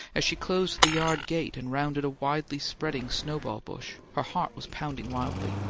as she closed the yard gate and rounded a widely spreading snowball bush, her heart was pounding wildly.